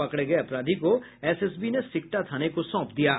पकड़े गये अपराधी को एसएसबी ने सिकटा थाने को सौंप दिया है